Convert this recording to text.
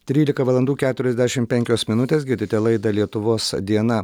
trylika valandų keturiasdešimt penkios minutės girdite laidą lietuvos diena